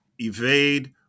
evade